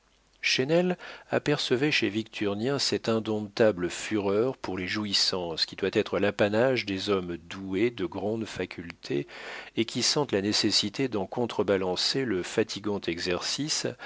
napoléon chesnel apercevait chez victurnien cette indomptable fureur pour les jouissances qui doit être l'apanage des hommes doués de grandes facultés et qui sentent la nécessité d'en contre-balancer le fatigant exercice